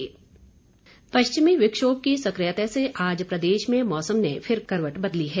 मौसम पश्चिमी विक्षोभ की सक्रियता से आज प्रदेश में मौसम ने फिर करवट बदली है